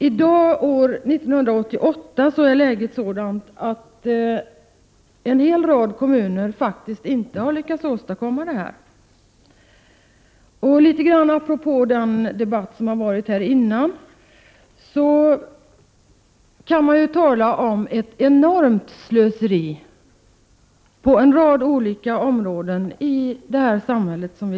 I dag, år 1988, är läget sådant att en hel rad kommuner faktiskt inte har lyckats vidta de här åtgärderna. Apropå den debatt som förts här nyss kan man tala om ett enormt slöseri på en rad olika områden i det svenska samhället.